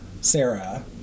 Sarah